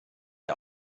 der